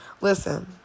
Listen